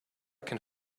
can